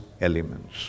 elements